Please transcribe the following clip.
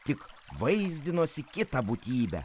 tik vaizdinosi kitą būtybę